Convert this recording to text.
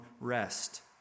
rest